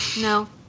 no